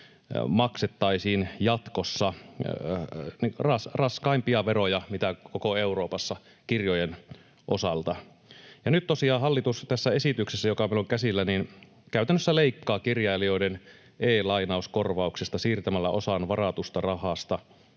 maksettaisiin jatkossa raskaimpia veroja koko Euroopassa kirjojen osalta. Nyt tosiaan hallitus tässä esityksessä, joka meillä on käsillä, käytännössä leikkaa kirjailijoiden e-lainauskorvauksesta siirtämällä osan varatusta rahasta